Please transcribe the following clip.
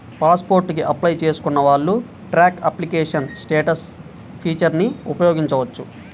pass port కి apply చేసుకున్న వాళ్ళు ట్రాక్ అప్లికేషన్ స్టేటస్ ఫీచర్ని ఉపయోగించవచ్చు